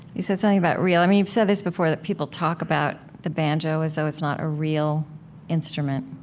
you said something about real i mean, you said this before that people talk about the banjo as though it's not a real instrument,